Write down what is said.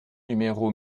numéro